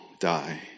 die